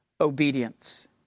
obedience